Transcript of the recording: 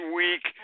week